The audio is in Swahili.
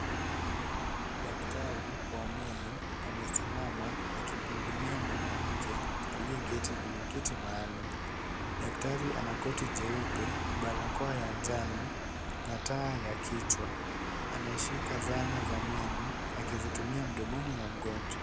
Daktari wa meno amesimama akimuhudumia mwanamke alieketi kwenye kiti maalum. Daktari ana koti jeupe, barakoa ya njano na taa ya kichwa. Anashika zana za meno akizitumia mdomoni mwa mgonjwa.